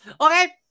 Okay